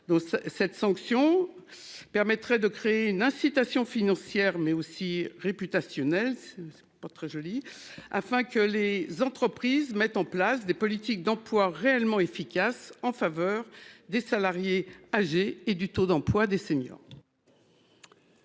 cette sanction. Permettrait de créer une incitation financière mais aussi réputationnel c'est pas très joli afin que les entreprises mettent en place des politiques d'emploi réellement efficace en faveur des salariés âgés et du taux d'emploi des seniors.